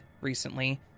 recently